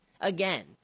again